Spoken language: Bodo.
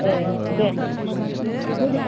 ए देह मोजां